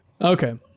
Okay